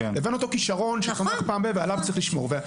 לבין אותו כישרון שצמח 'פעם ב' ועליו צריך לשמור.